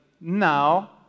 now